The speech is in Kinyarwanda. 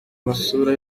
masura